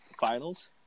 finals